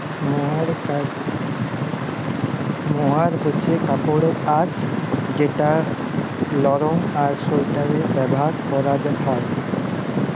mohair হছে কাপড়ের আঁশ যেট লরম আর সোয়েটারে ব্যাভার ক্যরা হ্যয়